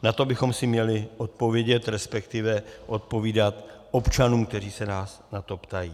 Na to bychom si měli odpovědět, respektive odpovídat občanům, kteří se nás na to ptají.